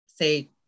say